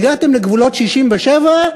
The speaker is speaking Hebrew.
הגעתם לגבולות 67,